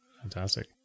Fantastic